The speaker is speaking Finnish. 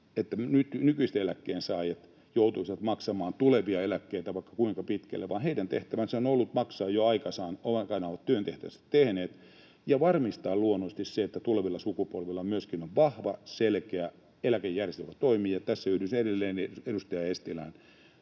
että nykyiset eläkkeensaajat joutuisivat maksamaan tulevia eläkkeitä vaikka kuinka pitkälle, vaan heidän tehtävänsä on ollut maksaa jo aikanaan — he kun ovat oman työtehtävänsä tehneet — ja varmistaa luonnollisesti se, että tulevilla sukupolvilla myöskin on vahva, selkeä eläkejärjestelmä, joka toimii, ja tässä yhdyn edelleen edustaja Eestilään.